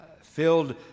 filled